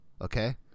okay